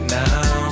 now